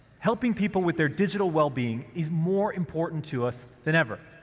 helping people with their digital wellbeing is more important to us than ever.